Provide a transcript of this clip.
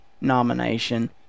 nomination